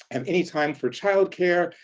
and any time for childcare,